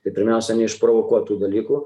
tai pirmiausia neišprovokuot tų dalykų